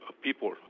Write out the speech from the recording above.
people